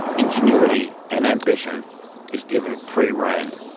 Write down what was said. ingenuity and ambition is given free rein.